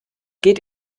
geht